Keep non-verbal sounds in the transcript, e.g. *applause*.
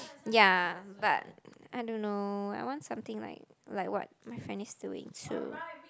ya but I don't know I want something like like what my friend is doing so *noise*